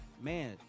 Man